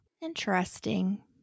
Interesting